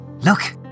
Look